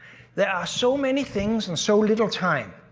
there are so many things and so little time.